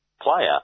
player